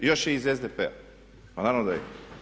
I još je iz SDP-a, pa naravno da je.